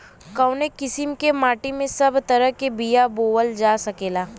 कवने किसीम के माटी में सब तरह के बिया बोवल जा सकेला?